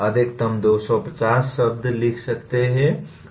अधिकतम 250 शब्द लिख सकते हैं